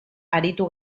aritu